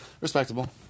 Respectable